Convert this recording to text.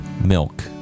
milk